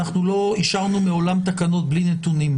לא אישרנו מעולם תקנות בלי נתונים.